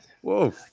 Whoa